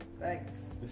thanks